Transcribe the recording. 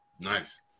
nice